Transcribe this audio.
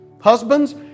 Husbands